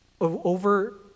Over